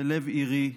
בלב עירי,